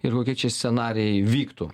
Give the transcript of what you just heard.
ir kokie čia scenarijai vyktų